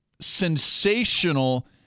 sensational